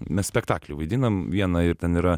mes spektaklį vaidinam vieną ir ten yra